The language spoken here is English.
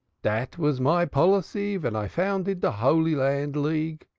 dat was mine policee ven i founded de holy land league.